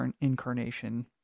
incarnation